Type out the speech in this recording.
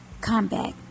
combat